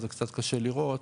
קצת קשה לראות,